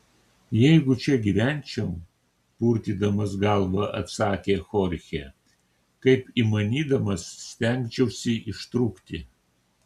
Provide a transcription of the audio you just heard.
jeigu čia gyvenčiau purtydamas galvą atsakė chorchė kaip įmanydamas stengčiausi ištrūkti